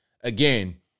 Again